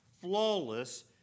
flawless